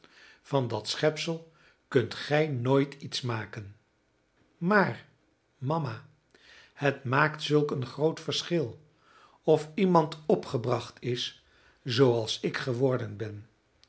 van dat schepsel kunt gij nooit iets maken maar mama het maakt zulk een groot verschil of iemand opgebracht is zooals ik geworden ben